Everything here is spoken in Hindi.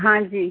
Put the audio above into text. हाँ जी